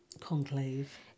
Conclave